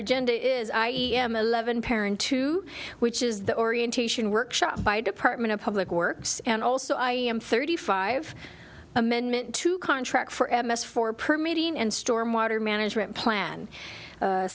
agenda is i am eleven paren two which is the orientation workshop by department of public works and also i am thirty five amendment to contract for m s four per meeting and storm water management plan